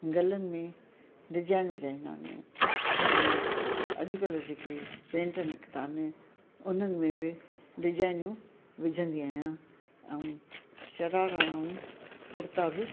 गलन में डिजाइन विझाईंदा आहिनि ऐं अॼुकल्ह जेके प्रिंट निकिता आहिनि उन्हनि में बि डिजाइनियूं विझंदी आहियां ऐं शरारा ऐं कुर्ता बि